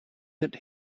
that